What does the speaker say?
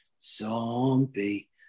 Zombie